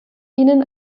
ihnen